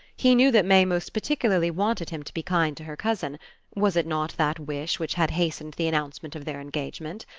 he knew that may most particularly wanted him to be kind to her cousin was it not that wish which had hastened the announcement of their engagement?